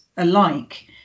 alike